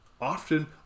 often